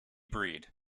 breed